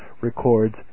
records